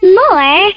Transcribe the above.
more